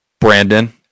Brandon